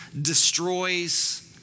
destroys